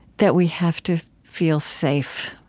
that we have to feel safe,